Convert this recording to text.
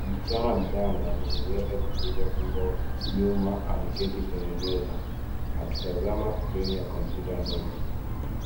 Msichana mchanga, mwenye nywele zilizofungwa nyuma ameketi kwenye meza, akitazama screen ya kompyuta ndogo.